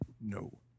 No